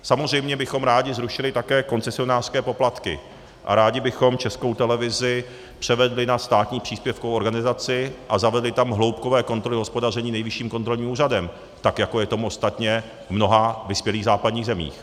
Samozřejmě bychom rádi zrušili také koncesionářské poplatky a rádi bychom Českou televizi převedli na státní příspěvkovou organizaci a zavedli tam hloubkové kontroly hospodaření Nejvyšším kontrolním úřadem, tak jako je tomu ostatně v mnoha vyspělých západních zemích.